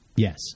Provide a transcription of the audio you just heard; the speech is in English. Yes